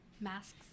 Masks